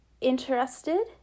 interested